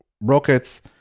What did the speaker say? rockets